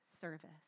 service